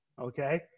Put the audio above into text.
okay